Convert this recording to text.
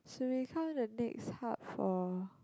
should become the next hub for